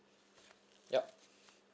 ya